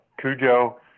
Cujo